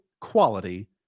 quality